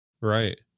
right